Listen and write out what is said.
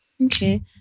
Okay